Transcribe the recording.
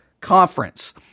Conference